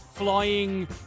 Flying